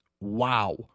Wow